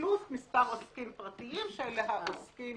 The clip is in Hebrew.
פלוס מספר עוסקים פרטיים שאלה העוסקים